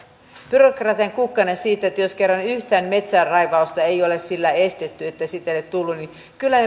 byrokratian kukkanen siksi jos kerran yhtään metsänraivausta ei ole sillä estetty että sitä ei ole tullut kyllä